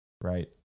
right